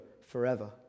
forever